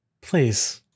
Please